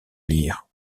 lire